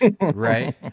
right